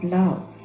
love